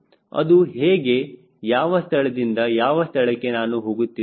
ಅದು ಹೇಗೆ ಯಾವ ಸ್ಥಳದಿಂದ ಯಾವ ಸ್ಥಳಕ್ಕೆ ನಾನು ಹೋಗುತ್ತಿದ್ದೇನೆ